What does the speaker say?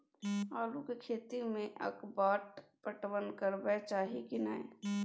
आलू के खेती में अगपाट पटवन करबैक चाही की नय?